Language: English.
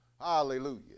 Hallelujah